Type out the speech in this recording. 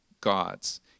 God's